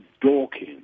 Dawkins